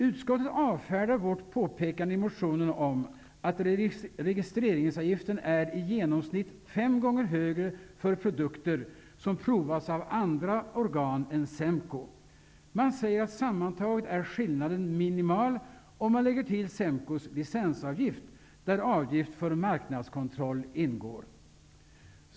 Utskottet avfärdar vårt påpekande i motionen, att registreringsavgiften i genomsnitt är fem gånger högre för produkter som provats av andra organ än SEMKO. Man säger att skillnaden sammantaget är minimal om man lägger till SEMKO:s licensavgift, där avgift för marknadskontroll ingår.